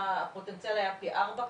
הפוטנציאל היה פי 4?